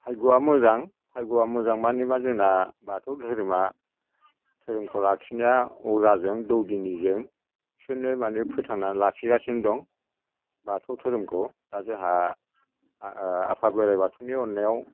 भायग'आ मोजां भायग'आ मोजां माने मा जोंना बाथौ धोरोमा धोरोमखौ लाखिना अजाजों दौदिनिजों बिसोरनो माने फोथांना लाखिगासिनो दं बाथौ धोरोमखौ दा जोंहा आफा बोराइ बाथौनि अन्नायाव